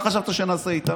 מה חשבת שנעשה איתם?